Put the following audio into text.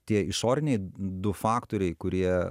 tie išoriniai du faktoriai kurie